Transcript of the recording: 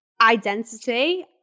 identity